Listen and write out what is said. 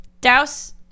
douse